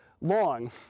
long